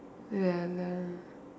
ya lah